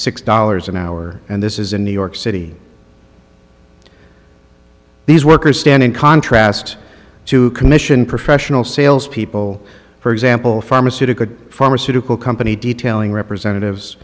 six dollars an hour and this is in new york city these workers stand in contrast to commission professional salespeople for example pharmaceutical pharmaceutical company detailing representatives